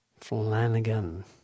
Flanagan